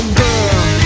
girl